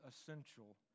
essential